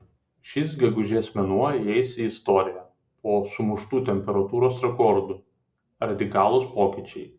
šis gegužės mėnuo įeis į istoriją po sumuštų temperatūros rekordų radikalūs pokyčiai